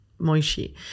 Moishi